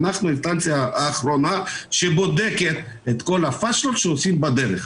אנחנו האינסטנציה האחרונה שבודקת את כל ה"פשלות" שעושים בדרך.